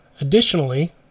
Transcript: Additionally